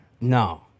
No